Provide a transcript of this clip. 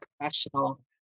professional